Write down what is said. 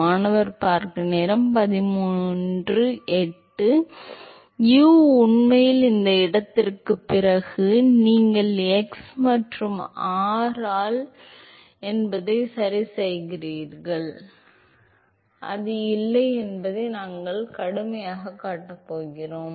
மாணவர் u உண்மையில் இந்த இடத்திற்குப் பிறகு நீங்கள் x மற்றும் r அல்ல என்பதை நீங்கள் சரிசெய்கிறீர்கள் அது இல்லை என்பதை நாங்கள் கடுமையாகக் காட்டப் போகிறோம்